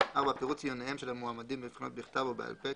פירוט ציוניהם של המועמדים בבחינות בכתב או בעל פה,